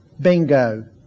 Bingo